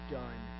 done